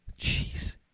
Jeez